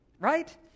right